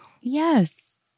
Yes